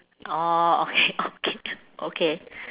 orh okay okay okay